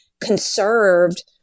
conserved